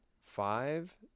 five